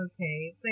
Okay